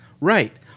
Right